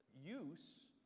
use